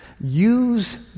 use